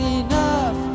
enough